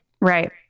Right